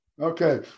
okay